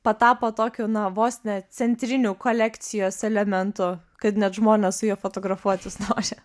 patapo tokiu na vos ne centriniu kolekcijos elementu kad net žmonės su juo fotografuotis nori